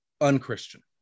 unchristian